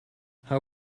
how